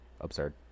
absurd